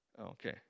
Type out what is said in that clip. Okay